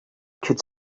could